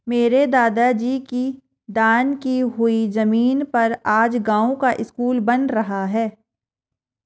मेरे दादाजी की दान की हुई जमीन पर आज गांव का स्कूल बन रहा है